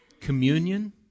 communion